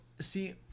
see